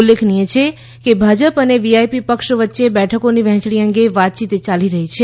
ઉલ્લેખનીય છે કે ભાજપ અને વીઆઇપી પક્ષ વચ્ચે બેઠકોની વહેંચણી અંગે વાતચીત યાલી રહી છે